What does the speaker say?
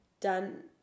done